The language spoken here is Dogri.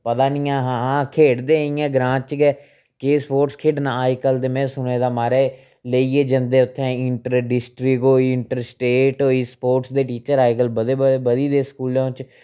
पता नी ऐ हा हां खेढदे इ'यां ग्रांऽ च गै केह् स्पोर्टस खेढना अज्जकल ते में सुने दा महाराज लेइयै जंदे उत्थें इंटर डिस्ट्रिक होई इंटर स्टेट होई स्पोर्टस दे टीचर अज्जकल बड़े बधी गेदे स्कूलें च